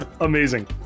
amazing